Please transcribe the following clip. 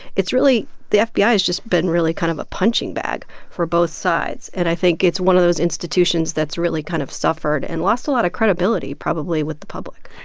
it's really the fbi has just been really kind of a punching bag for both sides. and i think it's one of those institutions that's really kind of suffered and lost a lot of credibility probably with the public